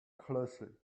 closely